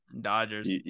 Dodgers